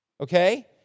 Okay